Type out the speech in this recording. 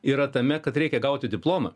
yra tame kad reikia gauti diplomą